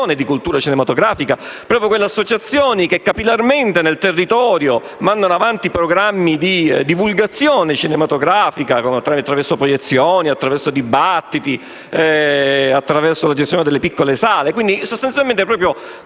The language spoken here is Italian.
di cultura cinematografica, ovvero le associazioni che capillarmente nel territorio mandano avanti programmi di divulgazione cinematografica attraverso le proiezioni, i dibattiti e la gestione delle piccole sale. Sono sostanzialmente quegli